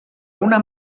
una